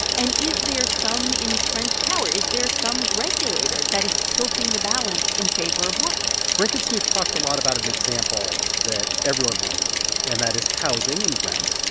and is there some entrenched power? is there some regulator that is tilting the balance in favor of one? brink and steve talked a lot about an example that everyone will know, and that is housing and rent.